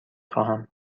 خواهم